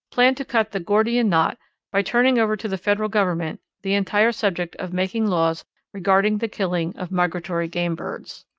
planned to cut the gordian knot by turning over to the federal government the entire subject of making laws regarding the killing of migratory game birds.